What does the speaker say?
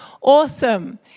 awesome